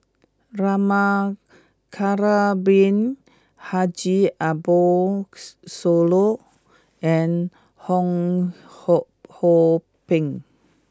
Rama Kannabiran Haji Ambo Sooloh and Fong Hoe Beng